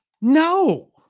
No